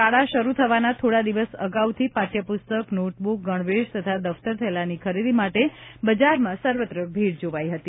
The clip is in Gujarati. શાળા શરૂ થવાના થોડા દિવસ અગાઉથી પાઠચપુસ્તક નોટબુક ગણવેશ તથા દફતર થેલાની ખરીદી માટે બજારમાં સર્વત્ર ભીડ જોવાઇ હતી